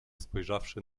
spojrzawszy